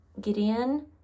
Gideon